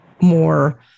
more